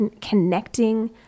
connecting